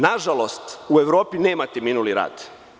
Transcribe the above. Nažalost, u Evropi nemate minuli rad.